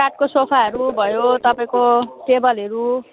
काठको सोफाहरू भयो तपाईँको टेबलहरू